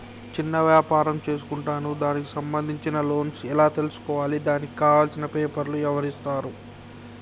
చిన్న వ్యాపారం చేసుకుంటాను దానికి సంబంధించిన లోన్స్ ఎలా తెలుసుకోవాలి దానికి కావాల్సిన పేపర్లు ఎవరిస్తారు?